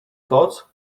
koc